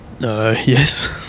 Yes